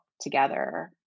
together